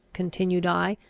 continued i,